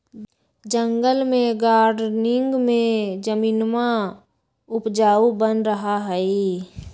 जंगल में गार्डनिंग में जमीनवा उपजाऊ बन रहा हई